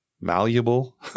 malleable